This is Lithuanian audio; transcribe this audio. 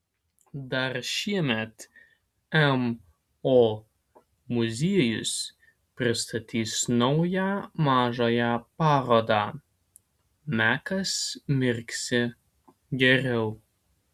dar šiemet mo muziejus pristatys naują mažąją parodą mekas mirksi geriau